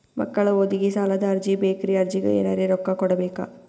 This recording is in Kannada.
ಮಕ್ಕಳ ಓದಿಗಿ ಸಾಲದ ಅರ್ಜಿ ಬೇಕ್ರಿ ಅರ್ಜಿಗ ಎನರೆ ರೊಕ್ಕ ಕೊಡಬೇಕಾ?